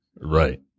right